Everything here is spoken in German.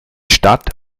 stadt